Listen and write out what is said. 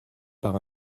par